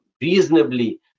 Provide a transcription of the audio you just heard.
reasonably